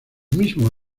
mismo